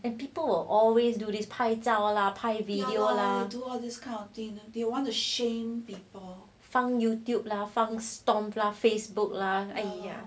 and people will always do this 拍照啦拍 video lah 放 youtube lah 放 stomp 放 facebook lah !aiya!